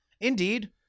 Indeed